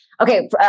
Okay